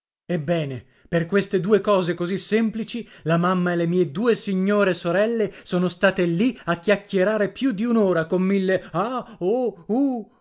ebbene per queste due cose così semplici la mamma e le mie due signore sorelle sono state lì a chiacchierare più d'un'ora con mille